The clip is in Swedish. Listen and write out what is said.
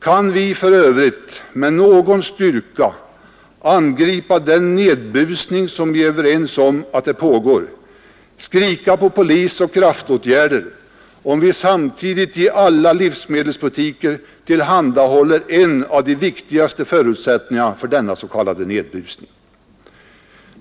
Kan vi för övrigt med någon styrka angripa den nedbusning som vi är överens om pågår, skrika på polis och kraftåtgärder, om vi samtidigt i alla livsmedelsbutiker tillhandahåller en av de viktigaste förutsättningarna för denna s.k. nedbusning?